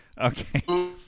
okay